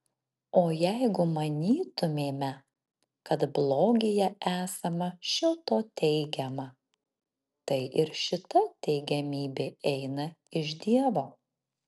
o jeigu manytumėme kad blogyje esama šio to teigiama tai ir šita teigiamybė eina iš dievo